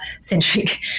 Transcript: centric